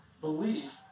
belief